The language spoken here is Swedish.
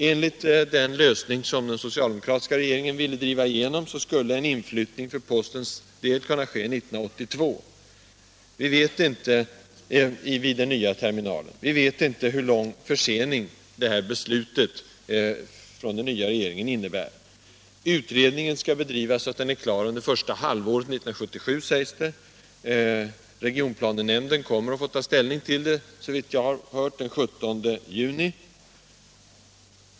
Enligt den lösning som den socialdemokratiska regeringen ville driva igenom, skulle en inflyttning i den nya terminalen för postens del kunna ske 1982. Vi vet inte hur stor försening den nya regeringens beslut innebär. Utredningen skall bedrivas så att den är klar under första halvåret 1977, sägs det. Regionplanenämnden kommer, såvitt jag har hört, att få ta ställning till dess förslag den 17 juni.